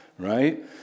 Right